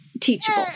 teachable